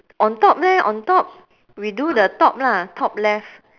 on top leh on top we do the top lah top left